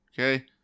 okay